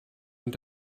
und